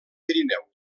pirineu